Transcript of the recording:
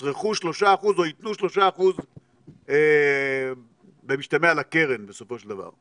או ייתנו 3% במשתמע לקרן בסופו של דבר.